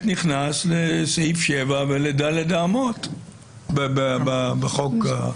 נכנס לסעיף 7 ול-ד' אמות בחוק העונשין.